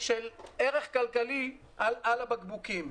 של ערך כלכלי על הבקבוקים".